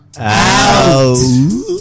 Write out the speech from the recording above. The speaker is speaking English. OUT